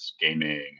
gaming